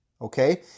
okay